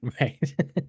right